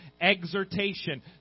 exhortation